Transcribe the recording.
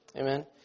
Amen